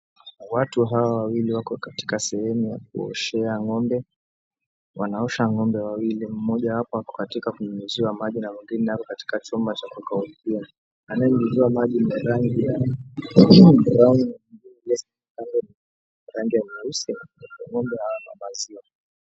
Watu hawa wawili wako katika sehemu ya kuuoshea ngombe wanaosha ngombe wawili mmojawapo ako katika mahali kwa kunynunzuia maji mwengine ako kwa chumba cha kukaukia rangi nyeusi na ngombe wa maziwa